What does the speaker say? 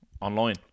online